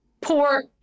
poor